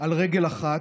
על רגל אחת,